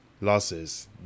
losses